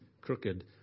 Crooked